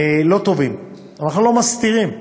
לא טובים, אנחנו לא מסתירים,